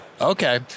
Okay